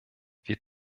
wir